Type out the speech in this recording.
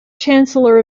chancellor